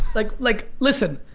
like, like listen.